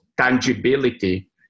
tangibility